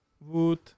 wood